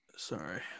Sorry